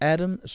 Adam